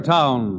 Town